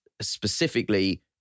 specifically